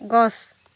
গছ